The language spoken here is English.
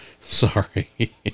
sorry